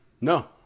No